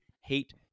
hate